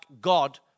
God